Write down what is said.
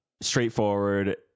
straightforward